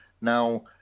Now